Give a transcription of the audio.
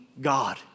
God